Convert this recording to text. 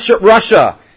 Russia